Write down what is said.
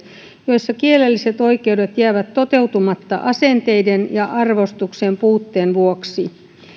joissa kielelliset oikeudet jäävät toteutumatta asenteiden ja arvostuksen puutteen vuoksi